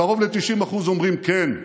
קרוב ל-90% אומרים שכן,